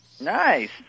Nice